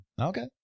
Okay